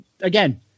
again